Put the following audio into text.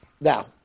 Now